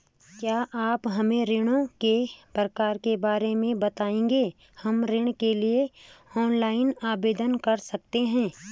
क्या आप हमें ऋणों के प्रकार के बारे में बताएँगे हम ऋण के लिए ऑनलाइन आवेदन कर सकते हैं?